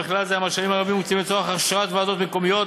ובכלל זה המשאבים הרבים המוקצים לצורך הכשרת ועדות מקומיות,